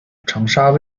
长沙